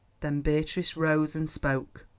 then beatrice rose and spoke.